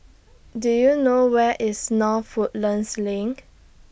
Do YOU know Where IS North Woodlands LINK